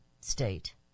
state